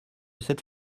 cette